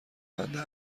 بنده